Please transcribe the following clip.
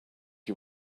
you